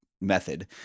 method